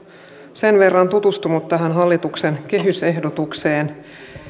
sen verran tutustunut tähän hallituksen kehysehdotukseen